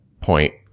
point